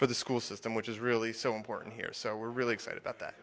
for the school system which is really so important here so we're really excited about that